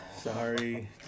Sorry